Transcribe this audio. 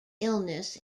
illness